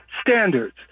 standards